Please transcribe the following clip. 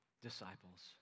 disciples